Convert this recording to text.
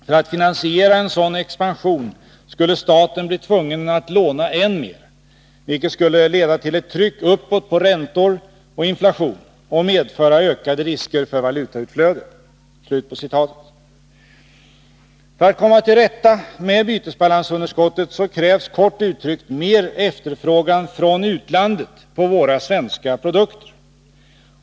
För att finansiera en sådan expansion skulle staten bli tvungen att låna än mer, vilket skulle leda till ett tryck uppåt på räntor och inflation och medföra ökade risker för valutautflöde.” För att komma till rätta med bytesbalansunderskottet krävs kort uttryckt mer efterfrågan från utlandet på våra svenska produkter.